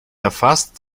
erfasst